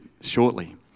shortly